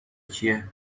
کیه